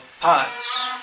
parts